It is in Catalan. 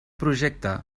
projecte